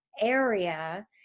area